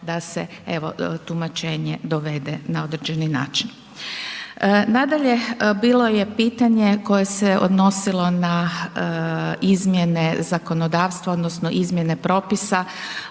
da se evo, tumačenje dovede na određeni način. Nadalje, bilo je pitanje koje se odnosilo na izmjene zakonodavstva, odnosno izmjene propisa